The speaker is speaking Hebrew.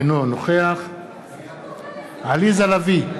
אינו נוכח עליזה לביא,